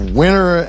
winner